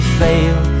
fail